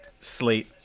slate